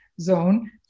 zone